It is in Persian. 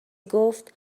گفت